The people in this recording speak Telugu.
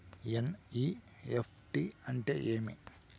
ఎన్.ఇ.ఎఫ్.టి అంటే ఏమి